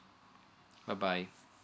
bye bye